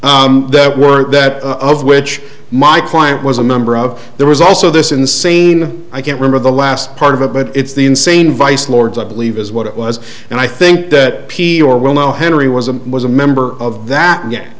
s that were that of which my client was a member of there was also this insane i can't remember the last part of it but it's the insane vice lords i believe is what it was and i think that p or we'll know henry was a was a member of that